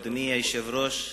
אדוני היושב-ראש,